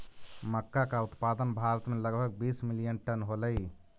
मक्का का उत्पादन भारत में लगभग बीस मिलियन टन होलई